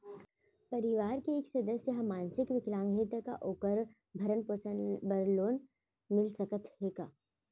परवार के एक सदस्य हा मानसिक विकलांग हे त का वोकर भरण पोषण बर लोन मिलिस सकथे का?